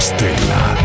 Stella